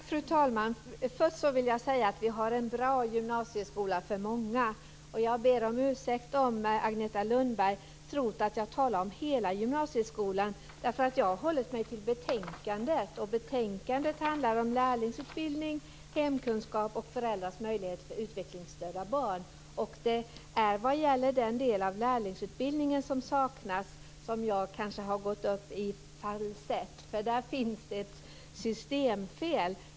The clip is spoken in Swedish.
Fru talman! Först vill jag säga att vi har en bra gymnasieskola för många. Jag ber om ursäkt om Agneta Lundberg trott att jag talade om hela gymnasieskolan. Jag har hållit mig till betänkandet, och betänkandet handlar om lärlingsutbildning, hemkunskap och föräldrars inflytande över utvecklingsstörda barns skolgång. Det är den del av lärlingsutbildningen som saknas som jag kanske har gått upp i falsett om, för där finns det ett systemfel.